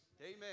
Amen